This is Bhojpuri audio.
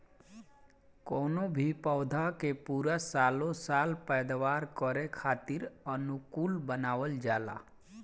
कवनो भी पौधा के पूरा सालो साल पैदावार करे खातीर अनुकूल बनावल जाला